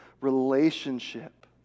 relationship